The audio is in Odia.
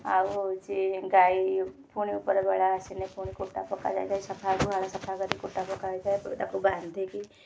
ଆଉ ହେଉଛି ଗାଈ ପୁଣି ଉପରବେଳା ଆସିଲେ ପୁଣି କୁଟା ପକାଯାଇଥାଏ ଗୁହାଳ ସଫା କରି ପୁଣି କୁଟା ପକାଯାଇଥାଏ ତାକୁ ବାନ୍ଧିକି